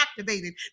activated